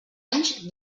anys